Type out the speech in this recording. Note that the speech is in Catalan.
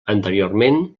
anteriorment